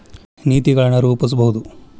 ನೇತಿಗಳನ್ ರೂಪಸ್ಬಹುದು